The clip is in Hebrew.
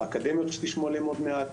באקדמיות שתשמעו עליהן עוד מעט,